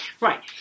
right